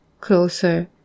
closer